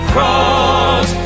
cross